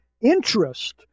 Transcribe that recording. interest